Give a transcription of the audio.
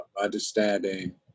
understanding